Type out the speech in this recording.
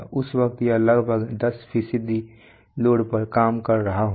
उस वक्त यह लगभग दस फीसदी लोड पर काम कर रहा होगा